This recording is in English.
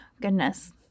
goodness